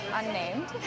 unnamed